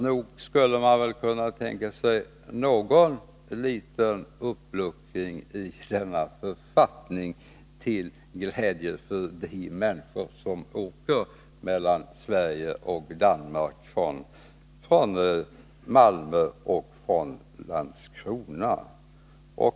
Nog skulle man väl kunna tänka sig någon liten uppluckring i denna författning, till glädje för de människor som åker mellan Sverige och Danmark, från Malmö och från Landskrona.